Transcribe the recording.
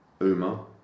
Uma